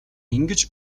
ингэж